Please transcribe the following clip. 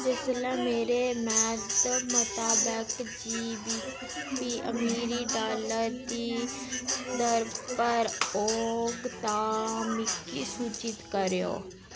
जिसलै मेरे मेद मताबक जी बी पी अमरीकी डालर पर औग तां मिगी सूचत करेओ